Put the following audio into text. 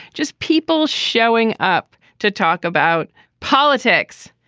just people showing up to talk about politics.